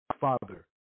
Father